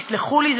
תסלחו לי,